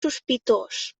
sospitós